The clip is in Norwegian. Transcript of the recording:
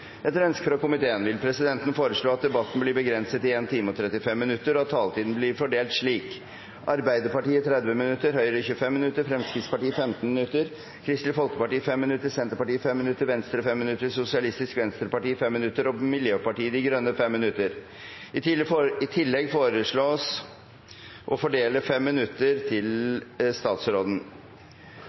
Etter ønske fra familie- og kulturkomiteen vil presidenten foreslå at debatten blir begrenset til 1 time og 35 minutter, og at taletiden blir fordelt slik: Arbeiderpartiet 30 minutter, Høyre 25 minutter, Fremskrittspartiet 15 minutter, Kristelig Folkeparti 5 minutter, Senterpartiet 5 minutter, Venstre 5 minutter, Sosialistisk Venstreparti 5 minutter og Miljøpartiet De Grønne 5 minutter. I tillegg foreslås fordelt 5 minutter til statsråden.